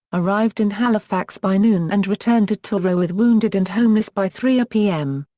arrived in halifax by noon and returned to truro with wounded and homeless by three pm.